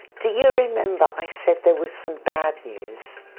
do you remember i said there was some bad news.